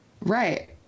Right